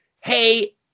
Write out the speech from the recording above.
hey